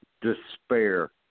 despair